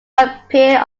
appear